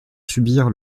subir